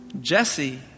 Jesse